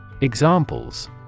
Examples